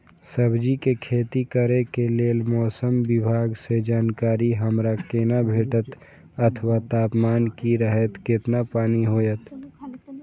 सब्जीके खेती करे के लेल मौसम विभाग सँ जानकारी हमरा केना भेटैत अथवा तापमान की रहैत केतना पानी होयत?